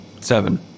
Seven